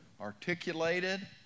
articulated